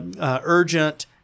urgent